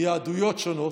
מיהדויות שונות,